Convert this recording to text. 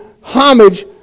homage